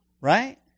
Right